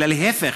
אלא להפך,